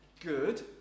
good